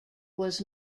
was